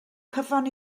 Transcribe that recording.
cyfan